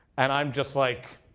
and i'm just like,